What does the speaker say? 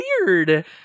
weird